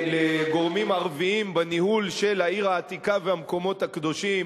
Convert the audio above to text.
לגורמים ערביים בניהול של העיר העתיקה והמקומות הקדושים,